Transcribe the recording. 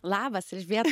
labas ir vėl